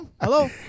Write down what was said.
hello